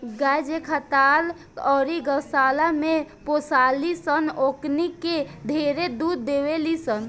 गाय जे खटाल अउरी गौशाला में पोसाली सन ओकनी के ढेरे दूध देवेली सन